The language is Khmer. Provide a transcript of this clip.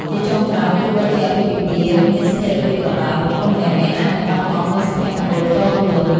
ជាចុងក្រោយ ទោះបីជាអាពាហ៍ពិពាហ៍មានស្ថិរភាពក៏ដោយ បុគ្គលម្នាក់ៗអាចនឹងបាត់បង់នូវសុភមង្គលផ្ទាល់ខ្លួន។